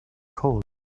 called